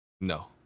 No